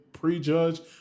Prejudge